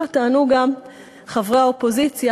אלא טענו גם חברי האופוזיציה,